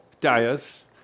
Dias